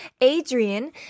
Adrian